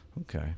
Okay